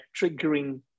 triggering